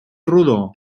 rodó